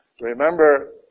Remember